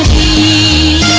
e